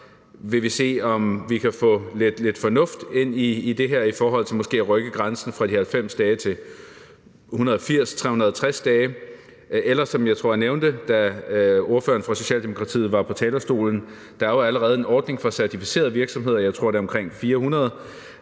vil vi se på, om vi kan få lidt fornuft ind i det her i forhold til måske at rykke grænsen fra 90 dage til 180, 360 dage eller indtænke det, som jeg tror jeg nævnte, da ordføreren fra Socialdemokratiet var på talerstolen, nemlig at der allerede er en ordning for certificerede virksomheder, jeg tror, det er omkring 400,